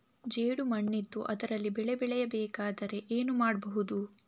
ಜೇಡು ಮಣ್ಣಿದ್ದು ಅದರಲ್ಲಿ ಬೆಳೆ ಬೆಳೆಯಬೇಕಾದರೆ ಏನು ಮಾಡ್ಬಹುದು?